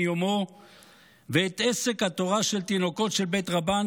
יומו ואת עסק התורה של תינוקות של בית רבן,